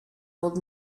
old